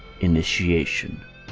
Initiation